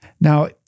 Now